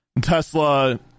Tesla